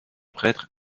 prêtre